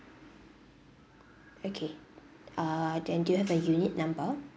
okay err then do you have a unit number